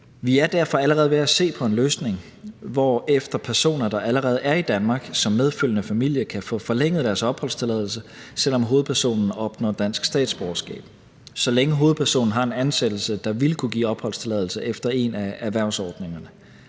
Vi er derfor allerede ved at se på en løsning, hvorefter personer, der allerede er i Danmark som medfølgende familie, kan få forlænget deres opholdstilladelse, selv om hovedpersonen opnår dansk statsborgerskab, så længe hovedpersonen har en ansættelse, der ville kunne give opholdstilladelse efter en af erhvervsordningerne.